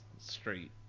straight